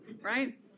right